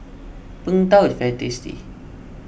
Png Tao is very tasty